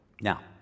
Now